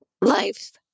life